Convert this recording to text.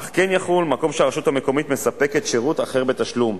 אך כן יחול במקום שהרשות המקומית מספקת שירות אחר בתשלום,